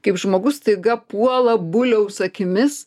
kaip žmogus staiga puola buliaus akimis